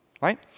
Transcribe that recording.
Right